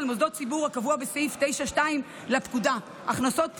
מוסדות ציבור הקבוע בסעיף 9(2) לפקודה (הכנסות פטורות).